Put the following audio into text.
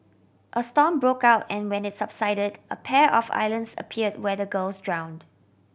a storm broke out and when it subsided a pair of islands appeared where the girls drowned